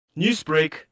Newsbreak